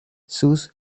sus